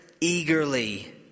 eagerly